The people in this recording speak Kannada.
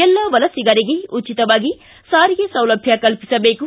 ಎಲ್ಲ ವಲಸಿಗರಿಗೆ ಉಚಿತವಾಗಿ ಸಾರಿಗೆ ಸೌಲಭ್ಯ ಕಲಿಸಬೇಕು